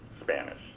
Spanish